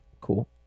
Cool